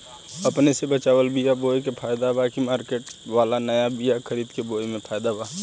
अपने से बचवाल बीया बोये मे फायदा बा की मार्केट वाला नया बीया खरीद के बोये मे फायदा बा?